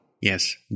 Yes